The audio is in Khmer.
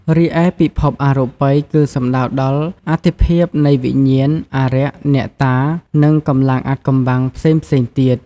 រីឯពិភពអរូបិយគឺសំដៅដល់អត្ថិភាពនៃវិញ្ញាណ អារក្ស អ្នកតា និងកម្លាំងអាថ៌កំបាំងផ្សេងៗទៀត។